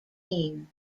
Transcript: team